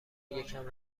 یکم